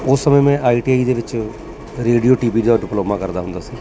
ਉਸ ਸਮੇਂ ਮੈਂ ਆਈ ਟੀ ਆਈ ਦੇ ਵਿੱਚ ਰੇਡੀਓ ਟੀਵੀ ਦਾ ਡਿਪਲੋਮਾ ਕਰਦਾ ਹੁੰਦਾ ਸੀ